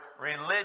religion